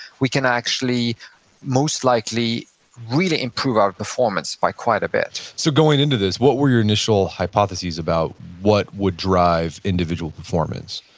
we can actually most likely really improve our performance by quite a bit so going into this, what were your initial hypotheses about what would drive individual performance?